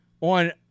on